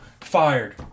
Fired